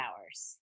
hours